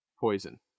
poison